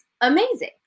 amazing